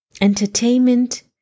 entertainment